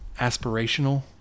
aspirational